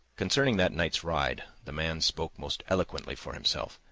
concerning that night's ride, the man spoke most eloquently for himself,